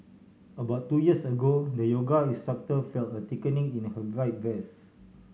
about two years ago the yoga instructor felt a thickening in her right breast